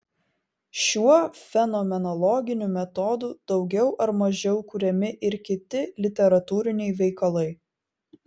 šiuo fenomenologiniu metodu daugiau ar mažiau kuriami ir kiti literatūriniai veikalai